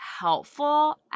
helpful